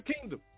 kingdom